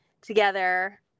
together